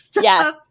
Yes